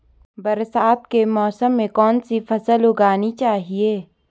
बरसात के मौसम में कौन सी फसल उगानी चाहिए?